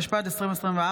התשפ"ד 2024,